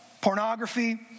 pornography